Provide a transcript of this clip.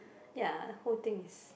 ya whole thing is